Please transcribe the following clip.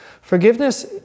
Forgiveness